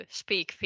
speak